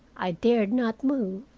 i dared not move.